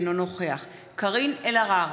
אינו נוכח קארין אלהרר,